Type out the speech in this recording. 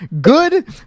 good